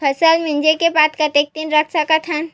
फसल मिंजे के बाद कतेक दिन रख सकथन?